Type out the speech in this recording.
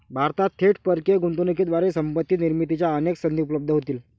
भारतात थेट परकीय गुंतवणुकीद्वारे संपत्ती निर्मितीच्या अनेक संधी उपलब्ध होतील